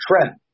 trend